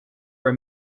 were